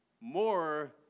more